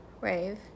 rave